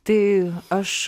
tai aš